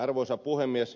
arvoisa puhemies